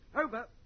Over